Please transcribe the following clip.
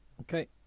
okay